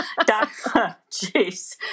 Jeez